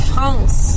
France